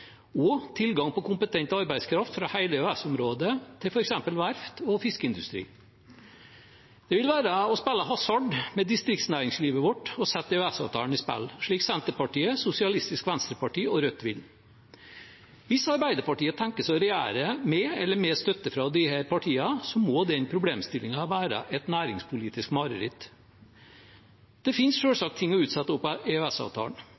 og tilgang på kompetent arbeidskraft fra hele EØS-området til f.eks. verft og fiskeindustri. Det vil være å spille hasard med distriktsnæringslivet vårt å sette EØS-avtalen i spill, slik Senterpartiet, Sosialistisk Venstreparti og Rødt vil. Hvis Arbeiderpartiet tenker å regjere med – eller med støtte fra – disse partiene, må denne problemstillingen være et næringspolitisk mareritt. Det